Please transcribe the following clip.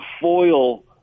foil